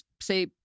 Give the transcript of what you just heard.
say